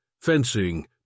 fencing